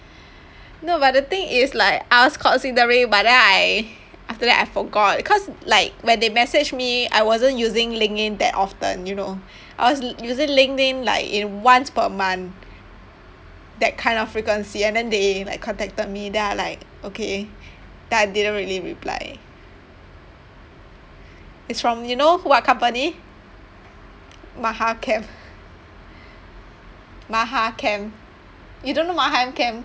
no but the thing is like I was considering but then I after that I forgot cause like when they messaged me I wasn't using LinkedIn that often you know I was using LinkedIn like in once per month that kind of frequency and then they like contacted me then I like okay then I didn't really reply it's from you know what company MahaChem MahaChem you don't know MahaChem